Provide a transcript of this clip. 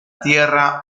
tierra